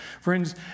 Friends